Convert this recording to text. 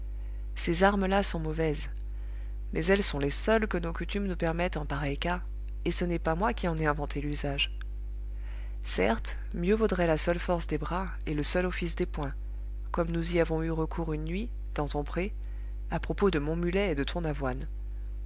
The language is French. ces armes là sont mauvaises mais elles sont les seules que nos coutumes nous permettent en pareil cas et ce n'est pas moi qui en ai inventé l'usage certes mieux vaudrait la seule force des bras et le seul office des poings comme nous y avons eu recours une nuit dans ton pré à propos de mon mulet et de ton avoine